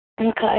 Okay